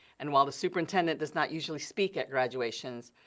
and while the superintendent does not usually speak at graduations,